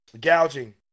gouging